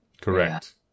Correct